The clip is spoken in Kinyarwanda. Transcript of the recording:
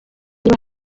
niba